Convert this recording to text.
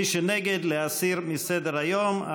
ומי שנגד, להסיר מסדר-היום.